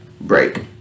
break